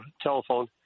telephone